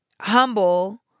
humble